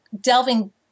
delving